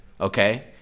okay